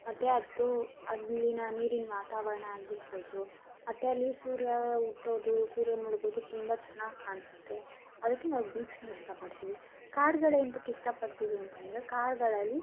ಮತ್ತು ಅದು ಅಲ್ಲಿನ ನೀರಿನ ವಾತಾವರಣ ಆಗಿರ್ಬೌದು ಮತ್ತು ಅಲ್ಲಿ ಸೂರ್ಯ ಹುಟ್ಟೋದು ಸೂರ್ಯ ಮುಳುಗೋದು ತುಂಬ ಚೆನ್ನಾಗ್ ಕಾಣಿಸುತ್ತೆ ಅದಕ್ಕೆ ನಾವು ಬೀಚನ್ನ ಇಷ್ಟಪಡ್ತೀವಿ ಕಾಡ್ಗಳು ಏನ್ತಕ್ಕೆ ಇಷ್ಟಪಡ್ತೀವಿ ಅಂತಂದರೆ ಕಾಡುಗಳಲ್ಲಿ